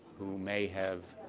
who may have